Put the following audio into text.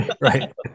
Right